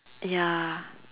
ya